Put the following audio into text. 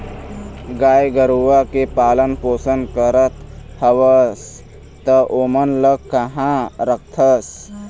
गाय गरुवा के पालन पोसन करत हवस त ओमन ल काँहा रखथस?